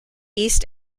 east